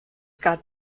got